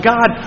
God